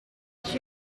she